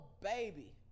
baby